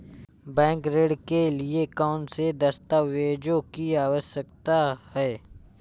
Bank ऋण के लिए कौन से दस्तावेजों की आवश्यकता है?